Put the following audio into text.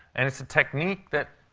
and it's a technique that,